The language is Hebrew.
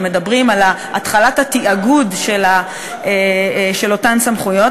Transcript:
ומדברים על התחלת התאגוד של אותן סמכויות,